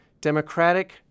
democratic